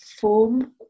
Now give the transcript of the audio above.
form